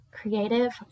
Creative